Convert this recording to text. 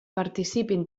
participin